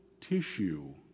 tissue